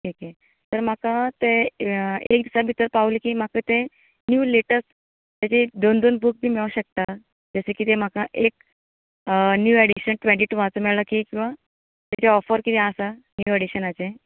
K के तर म्हाका तें एक दिसा भितर पावले की म्हाका तें नीव लेटस्ट तेजे एक दोन दोन बुक बी मेळूंक शकता जशे की तें म्हाका एक नीव एज्यूकेशन ट्वेंटी टूवाचो मेळ्ळो की किंवां तेजेर ओफर कितें आसा नीव एडिशनाचेर